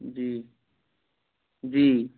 जी जी